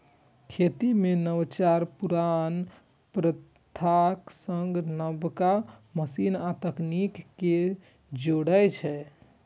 खेती मे नवाचार पुरान प्रथाक संग नबका मशीन आ तकनीक कें जोड़ै छै